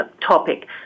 topic